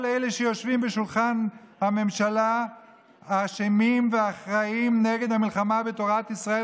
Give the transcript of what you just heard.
כל אלה שיושבים בשולחן הממשלה אשמים ואחראים למלחמה בתורת ישראל.